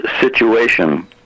situation